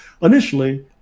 Initially